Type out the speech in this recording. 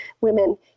women